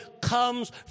comes